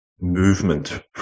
movement